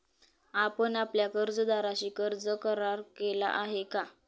आपण आपल्या कर्जदाराशी कर्ज करार केला आहे का?